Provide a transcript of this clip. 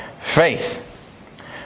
faith